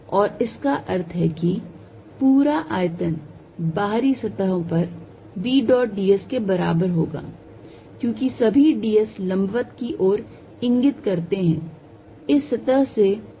और इसका अर्थ है कि पूरा आयतन बाहरी सतहों पर v dot d s के बराबर होगा क्योंकि सभी d s लंबवत की ओर इंगित कर रहे हैं इस सतह से दूर इंगित कर रहे हैं